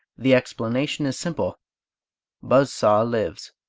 the explanation is simple buzz-saw lives.